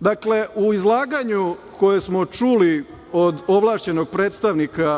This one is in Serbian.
Dakle, u izlaganju koje smo čuli od ovlašćenog predstavnika